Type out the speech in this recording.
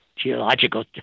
Geological